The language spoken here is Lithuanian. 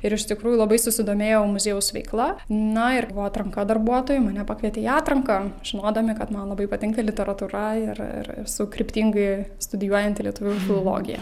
ir iš tikrųjų labai susidomėjau muziejaus veikla na ir buvo atranka darbuotojų mane pakvietė į atranką žinodami kad man labai patinka literatūra ir ir esu kryptingai studijuojanti lietuvių filologiją